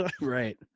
Right